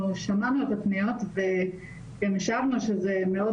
אנחנו שמענו את הפניות וגם השבנו שזה מאוד